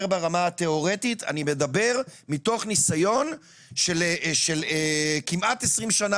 ברמה התיאורטית אלא אני מדבר מתוך ניסיון של כמעט 20 שנים